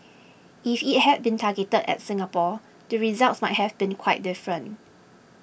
if it had been targeted at Singapore the results might have been quite different